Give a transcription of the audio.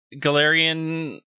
Galarian